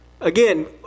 again